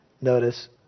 notice